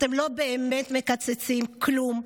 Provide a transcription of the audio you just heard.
אתם לא באמת מקצצים כלום,